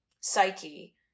psyche